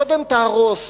קודם תהרוס,